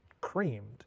creamed